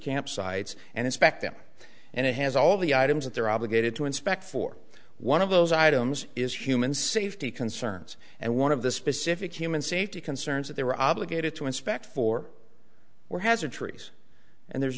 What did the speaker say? campsites and inspect them and it has all the items that they're obligated to inspect for one of those items is human safety concerns and one of the specific human safety concerns that they were obligated to inspect for were has are trees and there's